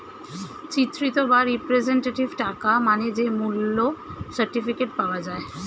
চিত্রিত বা রিপ্রেজেন্টেটিভ টাকা মানে যে মূল্য সার্টিফিকেট পাওয়া যায়